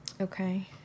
Okay